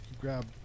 grab